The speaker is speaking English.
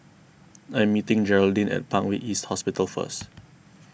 I am meeting Geraldine at Parkway East Hospital first